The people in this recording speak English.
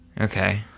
Okay